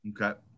Okay